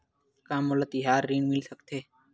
का मोला तिहार ऋण मिल सकथे?